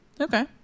Okay